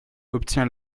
obtient